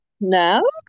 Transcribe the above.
No